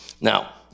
Now